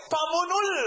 Pamunul